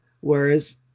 Whereas